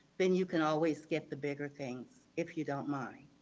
then you can always skip the bigger things. if you don't mind.